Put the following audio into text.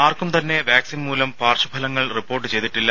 ആർക്കും തന്നെ വാക്സിൻ മൂലം പാർശ്വഫലങ്ങൾ റിപ്പോർട്ട് ചെയ്തിട്ടില്ല